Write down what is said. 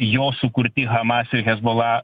jo sukurti hamas ir hezbollah